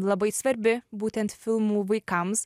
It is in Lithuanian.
labai svarbi būtent filmų vaikams